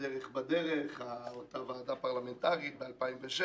דרך אותה ועדה פרלמנטרית ב-2007,